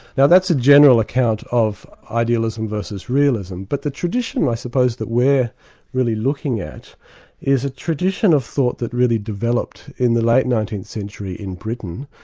now that's a general account of idealism versus realism, but the tradition i suppose that we're really looking at is a tradition of thought that really developed in the late nineteenth century in britain,